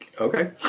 Okay